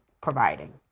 providing